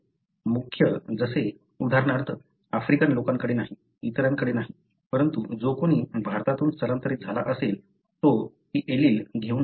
मुख्य जसे उदाहरणार्थ आफ्रिकन लोकांकडे नाही इतरांकडे नाही परंतु जो कोणी भारतातून स्थलांतरित झाला असेल तो ही एलील घेऊन जाऊ शकतो